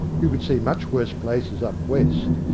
you could see much worse places up west.